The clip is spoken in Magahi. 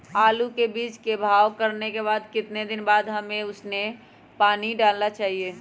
आलू के बीज के भाव करने के बाद कितने दिन बाद हमें उसने पानी डाला चाहिए?